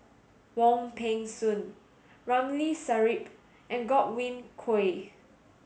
Wong Peng Soon Ramli Sarip and Godwin Koay